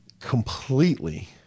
completely